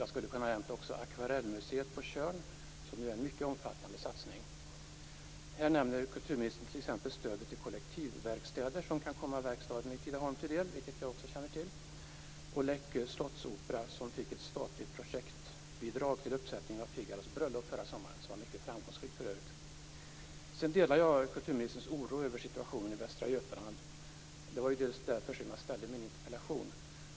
Jag skulle också ha kunnat nämna Akvarellmuseet på Tjörn, som är en mycket omfattande satsning. Här nämner kulturministern stödet till kollektivverkstäder som kan komma verkstaden i Tidaholm till del, vilket jag också känner till, och Läckö slottsopera som fick ett statligt projektbidrag för uppsättning av Figaros bröllop förra sommaren, som för övrigt var mycket framgångsrikt. Sedan delar jag kulturministerns oro över situationen i Västra Götaland. Det var därför som jag framställde min interpellation.